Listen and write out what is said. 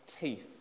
teeth